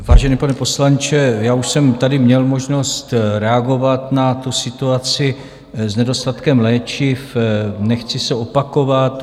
Vážený pane poslanče, já už jsem tady měl možnost reagovat na situaci s nedostatkem léčiv, nechci se opakovat.